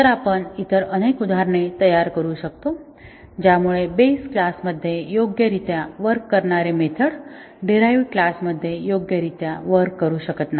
तर आपण इतर अनेक उदाहरणे तयार करू शकतो ज्यामुळे बेस क्लासमध्ये योग्यरित्या वर्क करणारी मेथड डीरहाईवड क्लास मध्ये योग्यरित्या वर्क करू शकत नाही